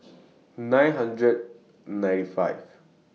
nine hundred ninety five